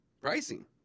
pricing